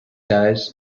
guys